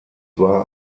war